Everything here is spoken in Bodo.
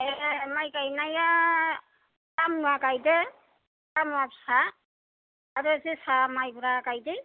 ए माइ गायनाया दामुवा गायदो दामुवा फिसा आरो जोसा मायब्रा गायदो